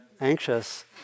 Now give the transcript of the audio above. anxious